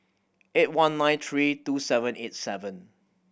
eight one nine three two seven eight seven